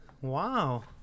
Wow